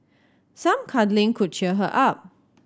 some cuddling could cheer her up